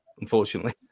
unfortunately